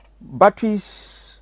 batteries